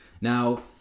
Now